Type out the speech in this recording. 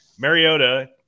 Mariota